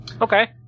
Okay